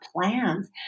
plans